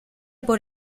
por